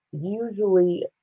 usually